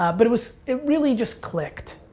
ah but it was, it really just clicked,